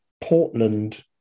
Portland